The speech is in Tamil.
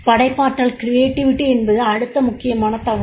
படைப்பாற்றல் என்பது அடுத்த முக்கியமான தகவல்